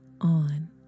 on